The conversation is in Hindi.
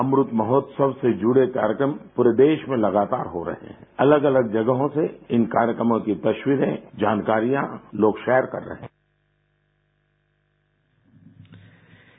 अमृत महोत्सव से जुड़े कार्यक्रम पूरे देश में लगातार हो रहे हैं अलग अलग जगहों से इन कार्यक्रमों की तस्वीरें जानकारियाँ लोग शेयर कर रहे हैं नमो एप पर